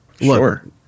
sure